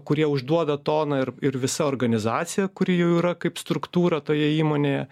kurie užduoda toną ir ir visa organizacija kuri jau yra kaip struktūra toje įmonėje